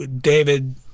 David